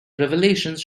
revelations